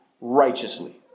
righteously